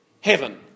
heaven